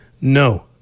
No